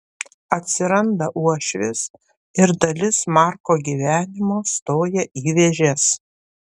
atsiranda uošvis ir dalis marko gyvenimo stoja į vėžes